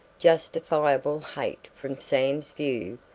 justifiable hate from sam's view,